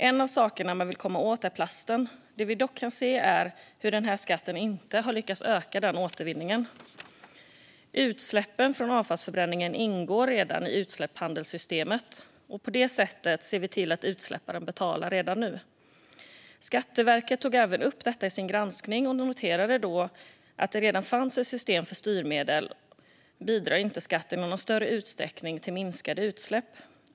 En av sakerna man vill komma åt är plasten, men det vi kan se är att den här skatten inte har lett till att den återvinningen ökat. Utsläppen från avfallsförbränningen ingår redan i utsläppshandelssystemet. På det sättet ser vi redan nu till att utsläpparen betalar. Skatteverket tog även upp detta i sin granskning och noterade att skatten inte i någon större utsträckning bidrar till minskade utsläpp då det redan fanns ett system för styrmedel.